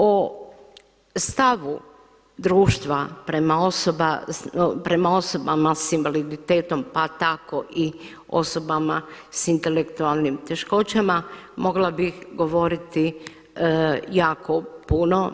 O stavu društva prema osobama sa invaliditetom, pa tako i osobama sa intelektualnim teškoćama mogla bih govoriti jako puno.